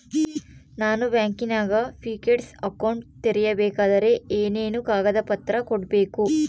ನಾನು ಬ್ಯಾಂಕಿನಾಗ fixed account ತೆರಿಬೇಕಾದರೆ ಏನೇನು ಕಾಗದ ಪತ್ರ ಕೊಡ್ಬೇಕು?